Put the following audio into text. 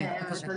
כן, בבקשה.